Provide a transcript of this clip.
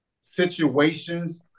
situations